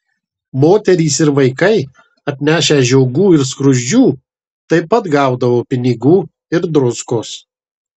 moterys ir vaikai atnešę žiogų ir skruzdžių taip pat gaudavo pinigų ir druskos